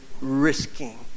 risking